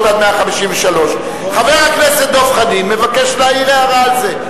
עד 153. חבר הכנסת דב חנין מבקש להעיר הערה על זה.